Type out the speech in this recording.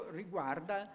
riguarda